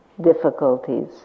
difficulties